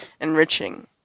enriching